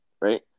right